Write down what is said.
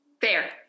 Fair